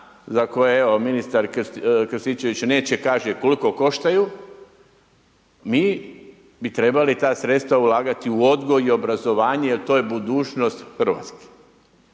za koje, evo, ministar Krstićević neće kaže koliko koštaju, mi bi trebali ta sredstva ulagati u odgoj i obrazovanje jer to je budućnost Hrvatske.